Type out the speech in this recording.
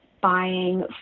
buying